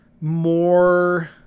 more